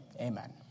Amen